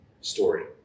story